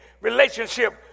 relationship